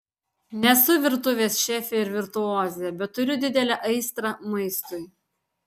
nesu virtuvės šefė ir virtuozė bet turiu didelę aistrą maistui